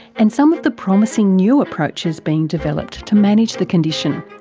and some of the promising new approaches being developed to manage the condition,